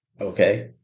Okay